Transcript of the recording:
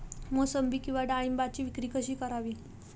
मोसंबी किंवा डाळिंबाची विक्री कशी करावी?